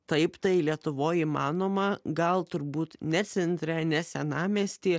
taip tai lietuvoj įmanoma gal turbūt ne centre ne senamiesty